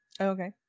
Okay